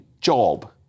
job